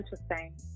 interesting